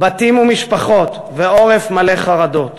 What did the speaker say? בתים ומשפחות ועורף מלא חרדות.